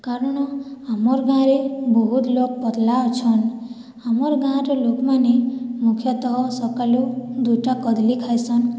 କାରଣ ଆମର୍ ଗାଁରେ ବହୁତ୍ ଲୋକ୍ ପତ୍ଲା ଅଛନ୍ ଆମର୍ ଗାଁର ଲୋକ୍ମାନେ ମୁଖ୍ୟତଃ ସକାଳୁ ଦୁଇଟା କଦ୍ଲି ଖାଏସନ୍